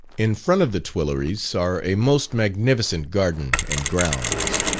in front of the tuileries, are a most magnificent garden and grounds.